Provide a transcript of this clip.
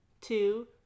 two